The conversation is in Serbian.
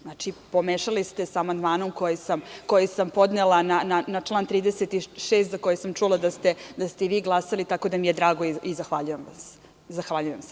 Znači, pomešali ste sa amandmanom koji sam podnela na član 36, a za koji sam čula da ste glasali, tako da mi je drago i zahvaljujem vam se.